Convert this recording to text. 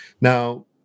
Now